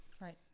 Right